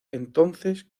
entonces